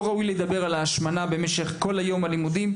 לא ראוי לדבר על ההשמנה במשך כל היום הלימודי.